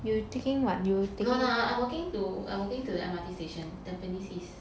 no no I'm walking I'm walking to the M_R_T station tampines east